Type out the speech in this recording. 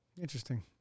Interesting